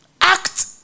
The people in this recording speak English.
Act